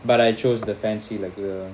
but I chose the fancy like the uh